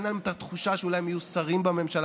להם את התחושה שאולי הם יהיו שרים בממשלה.